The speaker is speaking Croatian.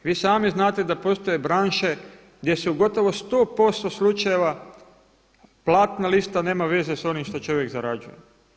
Vi sami znate da postoje branše gdje se u gotovo 100% slučajeva platna lista nema veze sa onim što čovjek zarađuje.